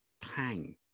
pang